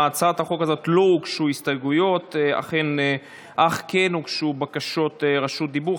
להצעת החוק הזאת לא הוגשו הסתייגויות אך כן הוגשו בקשות רשות דיבור.